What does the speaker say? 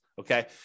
okay